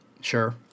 Sure